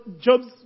Job's